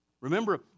Remember